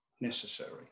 necessary